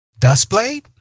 Dustblade